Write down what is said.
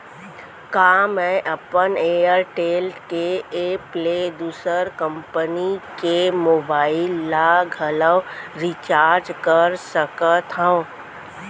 का मैं अपन एयरटेल के एप ले दूसर कंपनी के मोबाइल ला घलव रिचार्ज कर सकत हव?